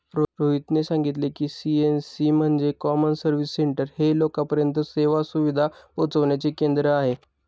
रोहितने सांगितले की, सी.एस.सी म्हणजे कॉमन सर्व्हिस सेंटर हे लोकांपर्यंत सेवा सुविधा पोहचविण्याचे केंद्र आहे